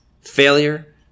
failure